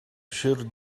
sure